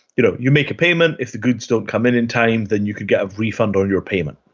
you know, you make a payment, if the goods don't come in in time then you could get a refund on your payment.